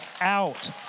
out